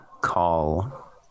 call